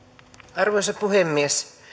arvoisa puhemies